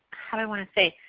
how do i want to say,